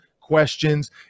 questions